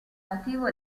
motivo